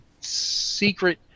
secret